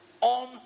on